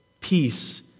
peace